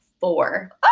four